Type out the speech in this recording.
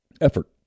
effort